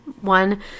One